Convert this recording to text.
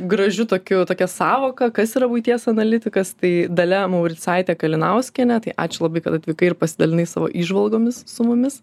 gražiu tokiu tokia sąvoka kas yra buities analitikas tai dalia mauricaitė kalinauskienė tai ačiū labai kad atvykai ir pasidalinai savo įžvalgomis su mumis